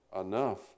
Enough